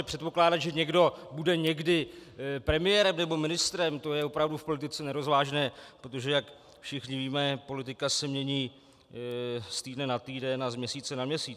Předpokládat, že někdo bude někdy premiérem nebo ministrem, to je opravdu v politice nerozvážné, protože jak všichni víme, politika se mění z týdne na týden a z měsíce na měsíc.